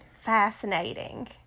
Fascinating